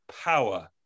power